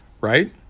right